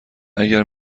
اگر